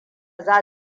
za